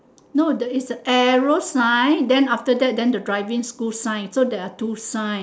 no the is arrow sign then after that then the driving school sign so there are two sign